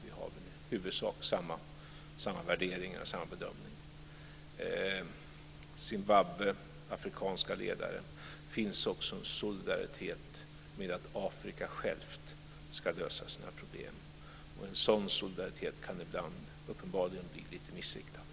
Vi har väl i huvudsak samma värderingar. Det finns en solidaritet bland olika ledare att Afrika själv ska lösa sina problem. En sådan solidaritet kan ibland uppenbarligen bli litet missriktad.